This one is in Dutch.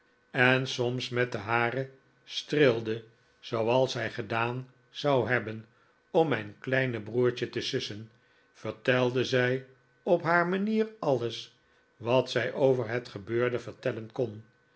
en soms met de hare streelde zooals zij gedaan zou hebben om mijn kleine broertje te sussen vertelde zij op haar manier alles wat zij over het gebeurde vertellen kon